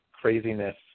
craziness